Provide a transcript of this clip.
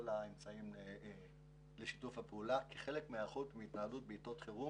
האמצעים לשיתוף הפעולה כחלק מהיערכות והתנהלות בעת חירום,